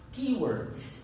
keywords